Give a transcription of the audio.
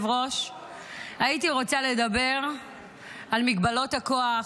הייתי רוצה לדבר על מגבלות הכוח,